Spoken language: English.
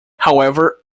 however